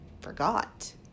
forgot